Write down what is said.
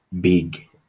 big